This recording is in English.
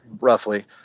roughly